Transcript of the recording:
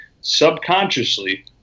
subconsciously